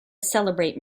celebrate